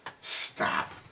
Stop